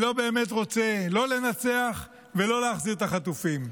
לא באמת רוצה לא לנצח ולא להחזיר את החטופים.